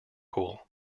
pool